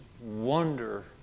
wonder